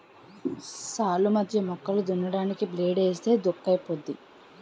సాల్లు మధ్య మొక్కలు దున్నడానికి బ్లేడ్ ఏస్తే దుక్కైపోద్ది